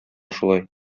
шулай